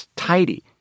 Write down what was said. tidy